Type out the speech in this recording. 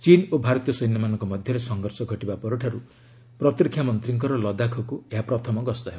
ଚୀନ୍ ଓ ଭାରତୀୟ ସୈନ୍ୟମାନଙ୍କ ମଧ୍ୟରେ ସଂଘର୍ଷ ଘଟିବା ପରଠାରୁ ପ୍ରତିରକ୍ଷା ମନ୍ତ୍ରୀଙ୍କର ଲଦାଖକୁ ଏହା ପ୍ରଥମ ଗସ୍ତ ହେବ